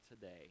today